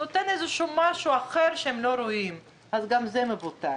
זה נותן משהו אחר שהם לא רואים וכעת גם זה מבוטל.